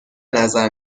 نظر